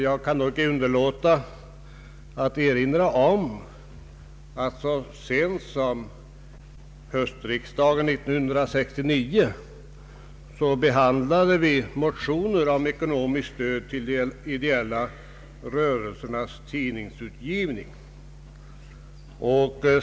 Jag kan inte underlåta att erinra herr Wikström om att vi så sent som vid höstriksdagen 1969 behandlade motioner om ekonomiskt stöd till de ideella rörelsernas tidskriftsutgivning.